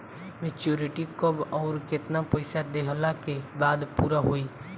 Maturity कब आउर केतना पईसा देहला के बाद पूरा होई?